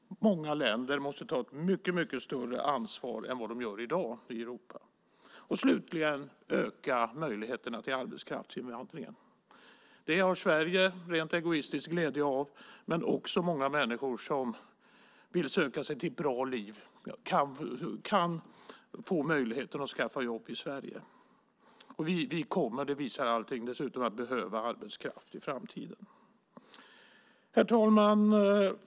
Många länder i Europa måste ta ett mycket större ansvar än vad de gör i dag. Det fjärde är slutligen att öka möjligheterna till arbetskraftsinvandring. Det har Sverige rent egoistiskt glädje av. Men också många människor som vill söka sig till ett bra liv kan få möjligheten att skaffa jobb i Sverige. Vi kommer dessutom att behöva arbetskraft i framtiden. Det visar allting. Herr talman!